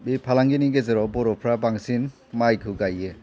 बे फालांगिनि गेजेराव बर'फ्रा बांसिन माइखौ गायो